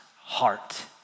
heart